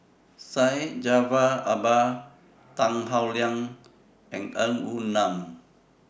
Syed Jaafar Albar Tan Howe Liang and Ng Woon Lam